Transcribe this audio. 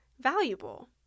valuable